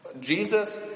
Jesus